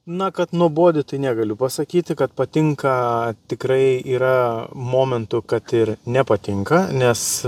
na kad nuobodi tai negaliu pasakyti kad patinka tikrai yra momentų kad ir nepatinka nes